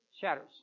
shatters